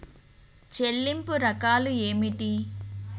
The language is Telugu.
చెల్లింపు రకాలు ఏమిటి?